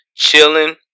Chilling